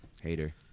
Hater